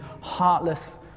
heartless